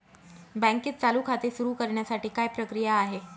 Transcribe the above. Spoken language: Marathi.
बँकेत चालू खाते सुरु करण्यासाठी काय प्रक्रिया आहे?